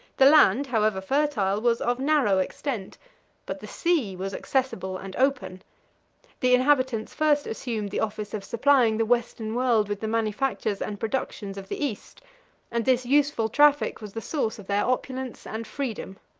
the land, however fertile, was of narrow extent but the sea was accessible and open the inhabitants first assumed the office of supplying the western world with the manufactures and productions of the east and this useful traffic was the source of their opulence and freedom.